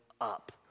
up